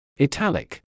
Italic